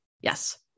Yes